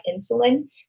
insulin